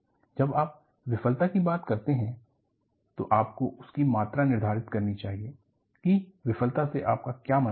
definition of failure जब आप विफलता की बात करते हैं तो आपको उसकी मात्रा निर्धारित करनी चाहिए कि विफलता से आपका क्या मतलब है